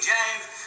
James